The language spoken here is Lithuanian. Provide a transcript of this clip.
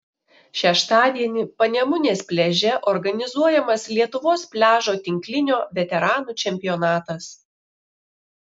šeštadienį panemunės pliaže organizuojamas lietuvos pliažo tinklinio veteranų čempionatas